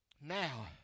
Now